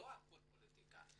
לא הכל פוליטיקה.